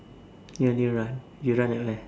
you only run you run at where